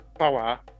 Power